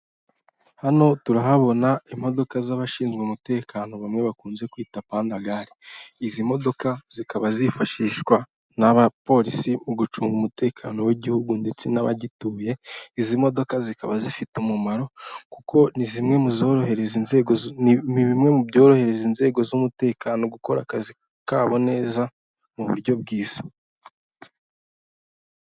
Hano turahabona imodoka z'abashinzwe umutekano bamwe bakunze kwita pandagali, izi modoka zikaba zifashishwa n'abapolisi mu gucunga umutekano w'igihugu ndetse n'abagituye, izi modoka zikaba zifite umumaro kuko ni zimwe mu zorohereza inzego ni bimwe mu byorohereza inzego z'umutekano gukora akazi kabo neza mu buryo bwiza.